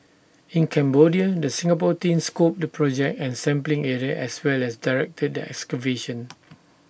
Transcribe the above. in Cambodia the Singapore team scoped the project and sampling area as well as directed the excavation